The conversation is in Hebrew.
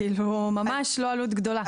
ממש לא עלות גדולה.